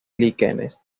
líquenes